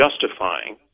justifying